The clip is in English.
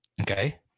Okay